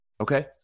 Okay